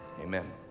amen